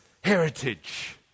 heritage